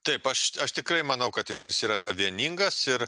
taip aš aš tikrai manau kad jis yra vieningas ir